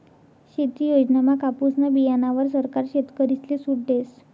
शेती योजनामा कापुसना बीयाणावर सरकार शेतकरीसले सूट देस